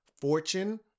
fortune